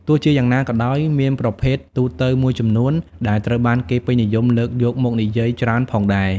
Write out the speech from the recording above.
ទោះជាយ៉ាងណាក៏ដោយ មានប្រភេទទូទៅមួយចំនួនដែលត្រូវបានគេពេញនិយមលើកយកមកនិយាយច្រើនផងដែរ។